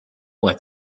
what